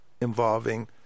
involving